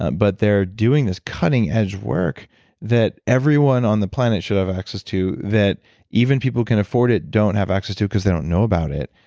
but they're doing this cutting edge work that everyone on the planet should have access to, that even people who can afford it don't have access to because they don't know about it.